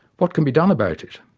what can be done about it?